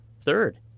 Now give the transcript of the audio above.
Third